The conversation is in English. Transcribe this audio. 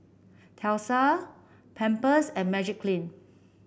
Tesla Pampers and Magiclean